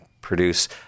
produce